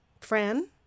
Fran